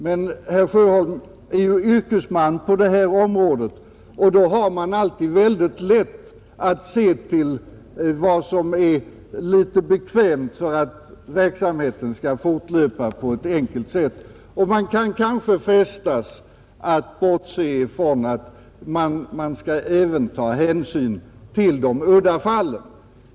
Men herr Sjöholm är också yrkesman på detta område, och som sådan har man lätt för att se till vad som är bekvämt och enkelt för att verksamheten skall fortlöpa utan komplikationer, och man frestas att bortse från att man även skall ta hänsyn till de udda fallen.